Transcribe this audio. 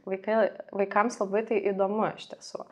vaikai vaikams labai tai įdomu iš tiesų